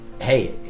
hey